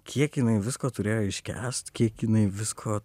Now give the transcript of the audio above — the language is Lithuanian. kiek jinai visko turėjo iškęst kiek jinai visko